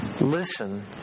listen